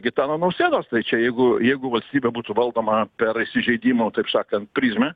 gitano nausėdos tai čia jeigu jeigu valstybė būtų valdoma per įsižeidimų taip sakant prizmę